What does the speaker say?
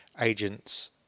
agents